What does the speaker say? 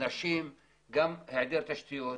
גם היעדר תשתיות,